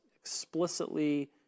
explicitly